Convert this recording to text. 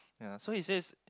ya so he says